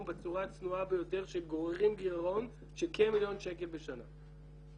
בצורה הצנועה ביותר שגוררים גרעון של כמיליון שקל בשנה.